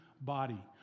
body